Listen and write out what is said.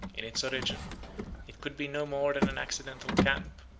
in its origin it could be no more than an accidental camp,